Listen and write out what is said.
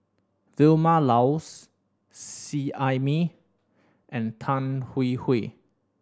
Vilma Laus Seet Ai Mee and Tan Hwee Hwee